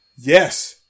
Yes